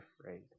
afraid